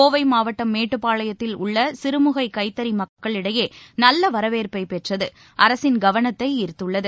கோவை மாவட்டம் மேட்டுப்பாளையத்தில் உள்ள சிறுமுறை கைத்தறி மக்களிடையே நல்ல வரவேற்பைப் பெற்று அரசின் கவனத்தை ஈர்த்துள்ளது